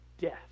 death